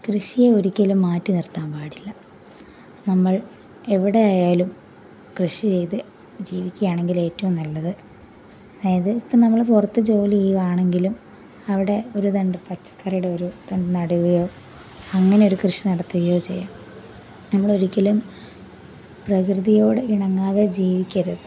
കൃഷിയെ ഒരിക്കലും മാറ്റി നിർത്താൻ പാടില്ല നമ്മൾ എവിടെ ആയാലും കൃഷി ചെയ്ത് ജീവിക്കുകയാണെങ്കിൽ ഏറ്റവും നല്ലത് അതായത് ഇപ്പോൾ നമ്മൾ പുറത്തു ജോലി ചെയ്യുകയാണെങ്കിലും അവിടെ ഒരു രണ്ടു പച്ചക്കറിയുടെ ഒരു തണ്ട് നടുകയോ അങ്ങനെ ഒരു കൃഷി നടത്തുകയോ ചെയ്യണം നമ്മൾ ഒരിക്കലും പ്രകൃതിയോട് ഇണങ്ങാതെ ജീവിക്കരുത്